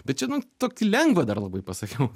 bet čia nu tokį lengvą dar labai pasakiau